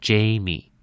Jamie